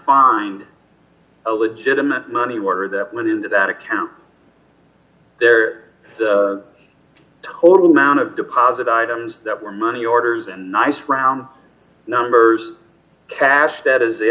find a legitimate money order that went into that account there total amount of deposit items that were money orders and nice round numbers cash that is